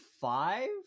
five